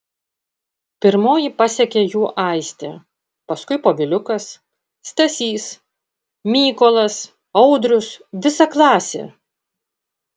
pirmoji pasekė juo aistė paskui poviliukas stasys mykolas audrius visa klasė